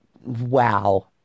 wow